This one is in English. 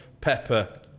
Pepper